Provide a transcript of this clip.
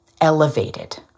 elevated